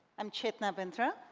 i'm chetna bindra.